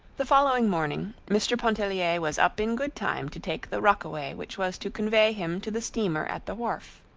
the following morning mr. pontellier was up in good time to take the rockaway which was to convey him to the steamer at the wharf.